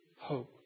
hope